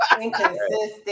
Inconsistent